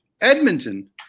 Edmonton